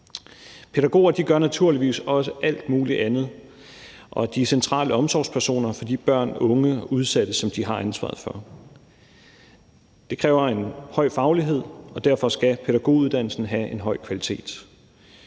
Pædagoger gør naturligvis også alt muligt andet, og de er centrale omsorgspersoner for de børn, unge og udsatte, som de har ansvaret for. Det kræver en høj faglighed, og derfor skal pædagoguddannelsen have en høj kvalitet.